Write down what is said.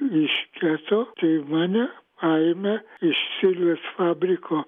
iš geto tai mane paėmė iš silvės fabriko